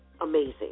amazing